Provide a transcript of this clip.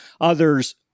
Others